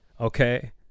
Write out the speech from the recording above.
okay